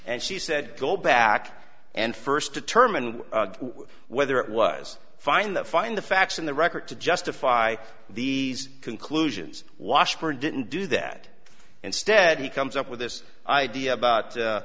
and she said go back and first determine whether it was find the find the facts in the record to justify these conclusions washburn didn't do that instead he comes up with this idea about